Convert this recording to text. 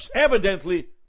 evidently